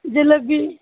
jalebi